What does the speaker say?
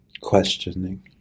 questioning